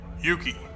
Yuki